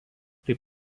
taip